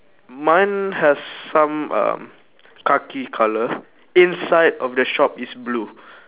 mine has some uh khaki colour inside of the shop is blue